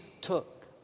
took